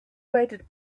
waited